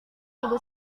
ibu